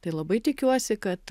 tai labai tikiuosi kad